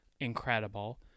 incredible